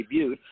debuted